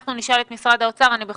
נשאל את משרד האוצר את השאלה הזו.